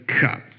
cup